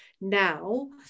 now